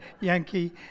Yankee